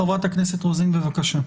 חברת הכנסת רוזין, בבקשה.